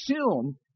assume